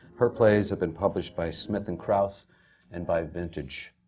her plays have been published by smith and kraus and by vintage.